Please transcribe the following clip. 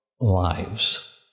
lives